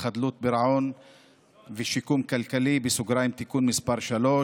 חדלות פירעון ושיקום כלכלי (תיקון מס' 3)